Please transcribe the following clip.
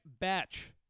Batch